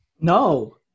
No